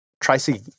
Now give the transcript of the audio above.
Tracy